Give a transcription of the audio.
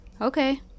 Okay